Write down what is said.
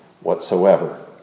whatsoever